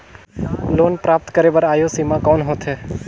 Loan प्राप्त करे बर आयु सीमा कौन होथे?